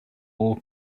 all